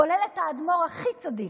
כולל את האדמו"ר הכי צדיק.